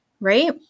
right